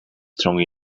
strong